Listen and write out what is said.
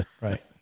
right